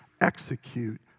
execute